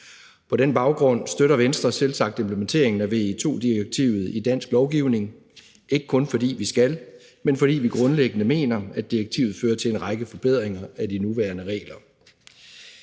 På den baggrund støtter Venstre selvsagt implementeringen af VE-direktivet i dansk lovgivning, ikke kun fordi vi skal, men fordi vi grundlæggende mener, at direktivet fører til en række forbedringer af de nuværende regler.